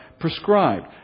prescribed